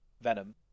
Venom